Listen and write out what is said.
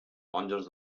monjos